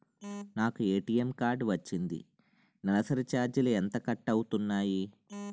నాకు ATM card వచ్చింది నెలసరి ఛార్జీలు ఎంత కట్ అవ్తున్నాయి?